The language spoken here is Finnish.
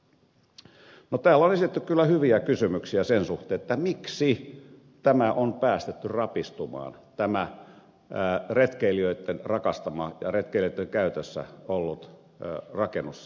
no täällä on esitetty kyllä hyviä kysymyksiä sen suhteen miksi on päästetty rapistumaan tämä retkeilijöiden rakastama ja retkeilijöiden käytössä ollut rakennus siellä